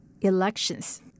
elections